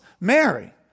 Mary